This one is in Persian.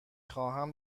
خواهم